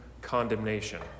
condemnation